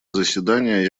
заседания